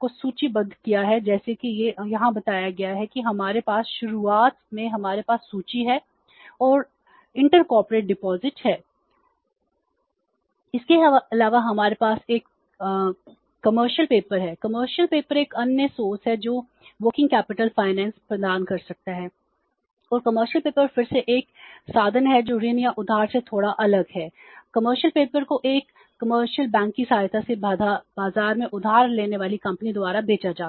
को सूचीबद्ध किया है जैसे कि यहां बताया गया है कि हमारे पास शुरुआत में हमारे पास सूची है और अंतर कॉर्पोरेट जमा की सहायता से बाजार में उधार लेने वाली कंपनी द्वारा बेचा जाता है